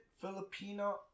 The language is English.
Filipino